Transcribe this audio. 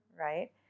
right